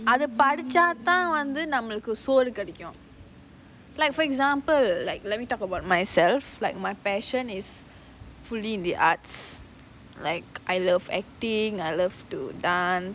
படிச்சா தான் வந்து நம்மளுக்கு சோறு கிடைக்கும்:padicha thaan vanthu namaluku sooru kidaikum like for example like let me talk about myself like my passion is fully the arts like I love acting I love to dance